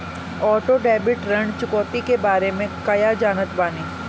Auto debit ऋण चुकौती के बारे में कया जानत बानी?